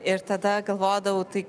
ir tada galvodavau tai